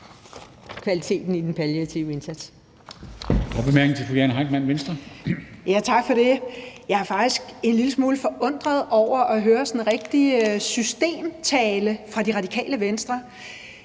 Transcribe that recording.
kvaliteten i den palliative indsats.